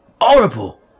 Horrible